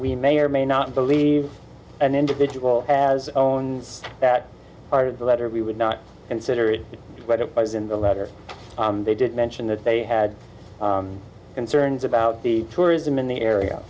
we may or may not believe an individual has own that part of the letter we would not consider it but it was in the letter they did mention that they had concerns about the tourism in the